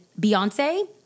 Beyonce